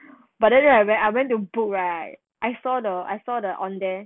but then right I went I went to book right I saw the I saw the on there